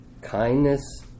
Kindness